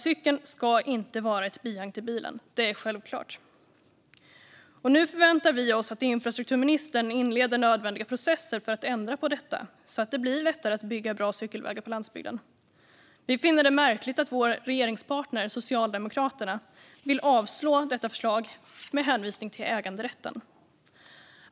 Cykeln ska inte vara ett bihang till bilen - det är självklart! Nu förväntar vi oss att infrastrukturministern inleder nödvändiga processer för att ändra på detta så att det blir lättare att bygga bra cykelvägar på landsbygden. Vi finner det märkligt att vår regeringspartner Socialdemokraterna vill avslå detta förslag med hänvisning till äganderätten.